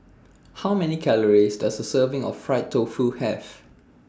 How Many Calories Does A Serving of Fried Tofu Have